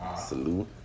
Salute